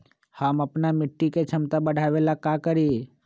हम अपना मिट्टी के झमता बढ़ाबे ला का करी?